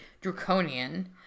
draconian